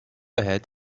ahead